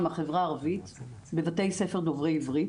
מהחברה הערבית בבתי ספר דוברי עברית,